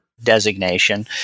designation